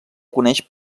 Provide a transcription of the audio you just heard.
coneix